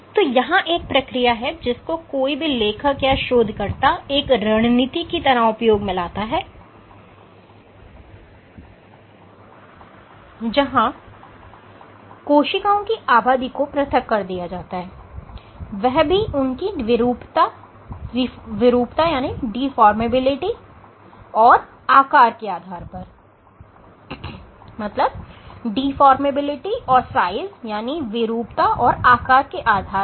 तो यहां एक प्रक्रिया है जिसको कोई भी लेखक या शोधकर्ता एक रणनीति की तरह उपयोग में लाता है जहां कोशिकाओं की आबादी को पृथक किया जाता है वह भी उनकी विरुपता और आकार के आधार पर